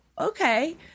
okay